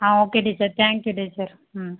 ஆ okay teacher thank you teacher ம்